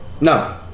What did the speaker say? no